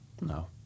No